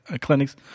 clinics